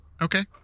Okay